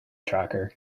tracker